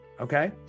Okay